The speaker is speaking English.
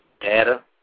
data